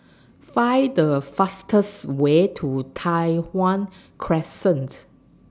Find The fastest Way to Tai Hwan Crescent